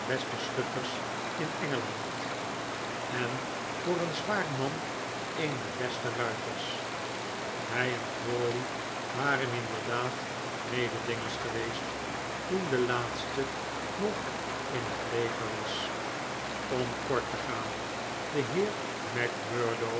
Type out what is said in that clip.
beste schutters in engeland en voor een zwaar man een der beste ruiters hij en crawley waren inderdaad mededingers geweest toen de laatste nog in het leger was om kort te gaan de heer macmurdo